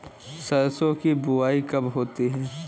सरसों की बुआई कब होती है?